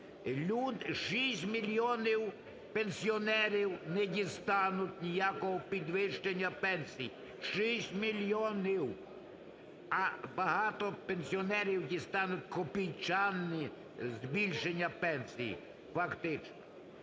6 мільйонів пенсіонерів не дістануть ніякого підвищення пенсій. 6 мільйонів! А багато пенсіонерів дістануть копійчані збільшення пенсії фактично.